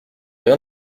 rien